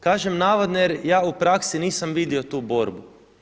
Kažem navodne, jer ja u praksi nisam vidio tu borbu.